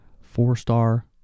four-star